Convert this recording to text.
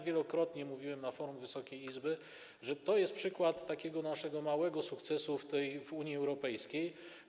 Wielokrotnie mówiłem na forum Wysokiej Izby, że to jest przykład takiego naszego małego sukcesu w Unii Europejskiej.